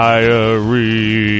Diary